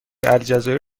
الجزایر